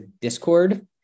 discord